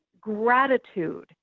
gratitude